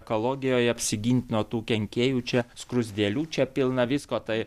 ekologijoj apsigint nuo tų kenkėjų čia skruzdėlių čia pilna visko tai